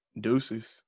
Deuces